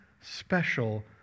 special